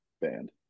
band